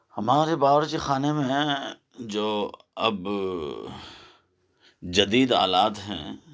ہمارے باورچی خانے میں ہیں جو اب جدید آلات ہیں